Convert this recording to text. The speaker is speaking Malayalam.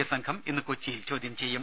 എ സംഘം ഇന്ന് കൊച്ചിയിൽ ചോദ്യം ചെയ്യും